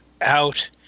out